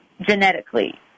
genetically